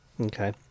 Okay